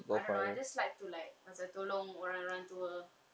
I don't know I just like to like macam tolong orang-orang tua